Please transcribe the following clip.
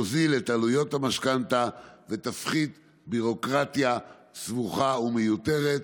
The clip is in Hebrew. תוזיל את עלויות המשכנתה ותפחית ביורוקרטיה סבוכה ומיותרת.